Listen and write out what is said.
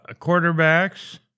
quarterbacks